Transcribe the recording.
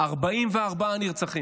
44 נרצחים.